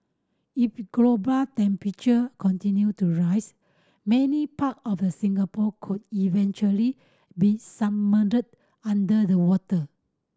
if global temperatures continue to rise many part of the Singapore could eventually be submerged under the water